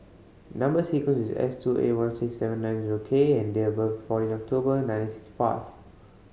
number sequence is S two eight one six seven nine zero K and date of birth is fourteen October nineteen sixty five